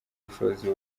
ubushobozi